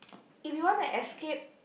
if you wanna escape